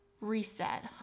reset